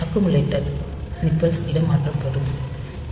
accumulated nipples இடமாற்றம் பெறும்